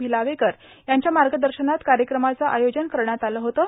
भिलावेकर यांच्या मार्गदर्शनात कार्यक्रमाचं आयोजन करण्यात आलं होतं